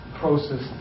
process